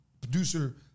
producer